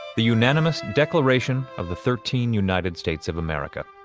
the unanimous declaration of the thirteen united states of america